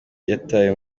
yatawe